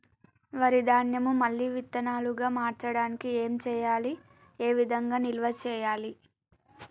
వరి ధాన్యము మళ్ళీ విత్తనాలు గా మార్చడానికి ఏం చేయాలి ఏ విధంగా నిల్వ చేయాలి?